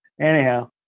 Anyhow